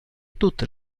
tutte